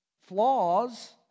flaws